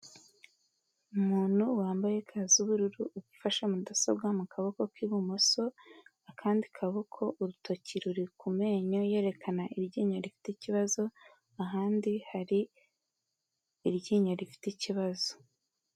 Umuntu wambaye ga z'ubururu ufashe mudasobwa mu kaboko k'ibumoso, akandi kaboko urutoki ruri ku menyo yerekana iryinyo rifite ikibazo, ahandi hari iryinyo rifite ikibazo.